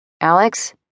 Alex